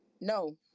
No